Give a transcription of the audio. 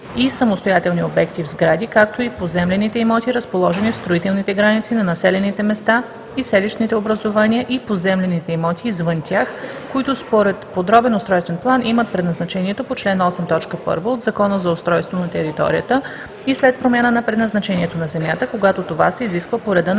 и самостоятелни обекти в сгради, както и поземлените имоти, разположени в строителните граници на населените места и селищните образувания, и поземлените имоти извън тях, които според подробен устройствен план имат предназначението по чл. 8, т. 1 от Закона за устройство на територията и след промяна на предназначението на земята, когато това се изисква по реда на